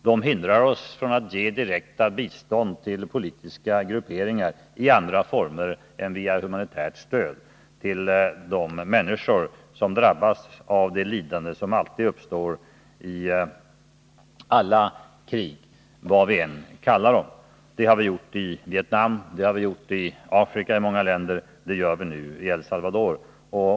De hindrar oss från att ge direkt bistånd till politiska grupperingar annat än i form av humanitärt stöd till de människor som drabbas i alla krig, vad vi än kallar dem. Detta har vi gjort i Vietnam, det har vi gjort i många länder i Afrika och det gör vii El Salvador.